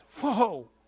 Whoa